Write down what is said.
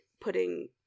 putting